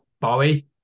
Bowie